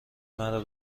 مرا